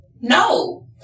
no